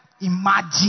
imagine